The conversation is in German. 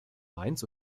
mainz